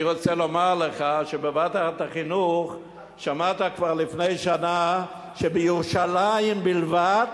אני רוצה לומר לך שבוועדת החינוך שמעת כבר לפני שנה שבירושלים בלבד